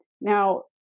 Now